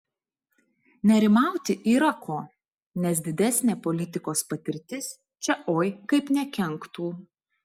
nerimauti yra ko nes didesnė politikos patirtis čia oi kaip nekenktų